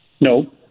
No